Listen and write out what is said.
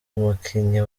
umukinnyi